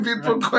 people